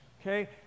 okay